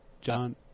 John